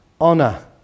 Honor